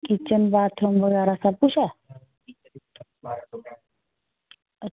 kitchen bathroom बगैरा सबकुछ ऐ